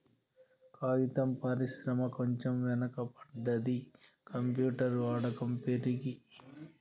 కాగితం పరిశ్రమ కొంచెం వెనక పడ్డది, కంప్యూటర్ వాడకం పెరిగి